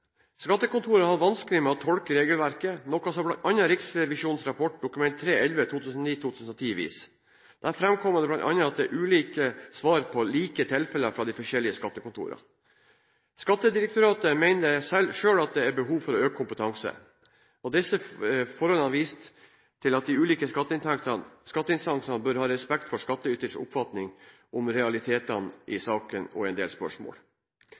har vanskeligheter med å tolke regelverket, noe bl.a. Riksrevisjonens rapport Dokument 3:11 for 2009–2010 viser. Der framkommer det bl.a. at det er ulike svar på like tilfeller fra de forskjellige skattekontorene. Skattedirektoratet mener selv at det er behov for å øke kompetansen i etaten. Disse forholdene har vist at de ulike skatteinstanser bør ha respekt for skattyters oppfatning av sakens realiteter i en del spørsmål.